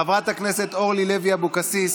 חברת הכנסת אורלי לוי אבקסיס,